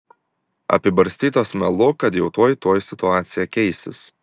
apibarstytas melu kad jau tuoj tuoj situacija keisis